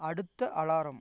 அடுத்த அலாரம்